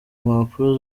impapuro